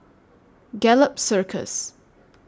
Gallop Circus